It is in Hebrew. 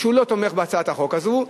שלא לתמוך בהצעת החוק הזאת.